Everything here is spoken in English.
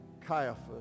Caiaphas